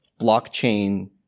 blockchain